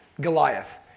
Goliath